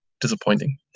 disappointing